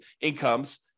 incomes